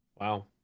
Wow